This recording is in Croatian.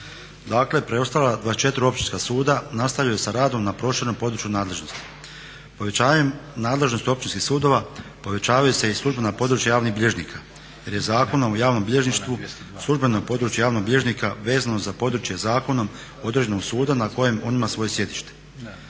Dakle preostala 24 općinska suda nastavljaju sa radom na proširenom području nadležnosti. Povećanjem nadležnosti općinskih sudova povećavaju se i službena područja javnih bilježnika jer je Zakonom o javnom bilježništvu, službeno područje javnog bilježnika vezano za područje zakonom određenog suda na kojem on ima svoje sjedište.